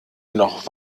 noch